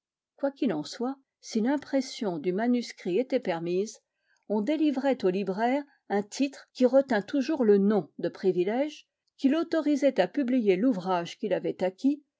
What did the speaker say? qu'il en soit si l'impression du manuscrit était permise on délivrait au libraire un titre qui retînt toujours le nom de privilège qui l'autorisait à publier l'ouvrage qu'il avait acquis